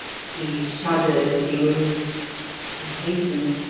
he shuddered as he moved he hastened,